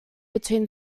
between